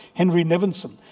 henry nevinson.